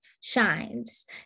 shines